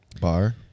Bar